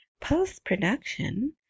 post-production